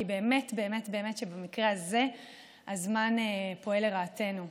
כי באמת באמת באמת שבמקרה הזה הזמן פועל לרעתנו,